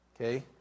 Okay